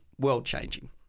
world-changing